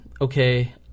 okay